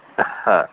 हा